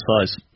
size